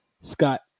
Scott